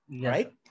right